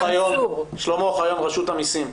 שלמה אוחיון, רשות המיסים.